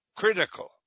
critical